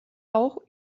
auch